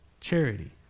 Charity